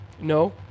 No